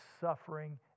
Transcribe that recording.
suffering